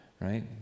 right